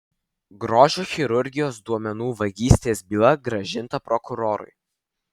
grožio chirurgijos duomenų vagystės byla grąžinta prokurorui